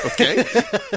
Okay